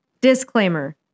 Disclaimer